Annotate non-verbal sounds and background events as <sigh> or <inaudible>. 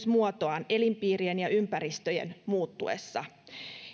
<unintelligible> muotoaan elinpiirien ja ympäristöjen muuttuessa